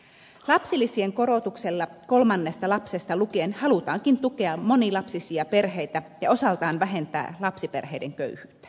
lapsilisien korotuksella kolmannesta lapsesta lukien halutaankin tukea monilapsisia perheitä ja osaltaan vähentää lapsiperheiden köyhyyttä